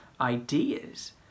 ideas